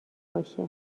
باشه